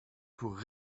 pour